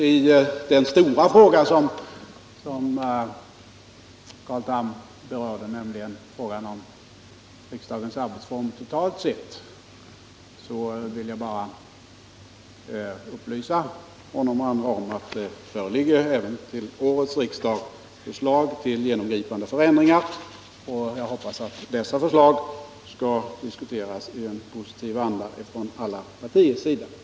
I den stora fråga som Carl Tham berörde, nämligen frågan om riksdagens arbetsformer totalt sett, vill jag bara upplysa honom och andra om att det även till årets riksdag föreligger förslag till genomgripande förändringar. Jag hoppas att dessa förslag skall diskuteras i en positiv anda från alla partiers sida.